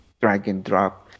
drag-and-drop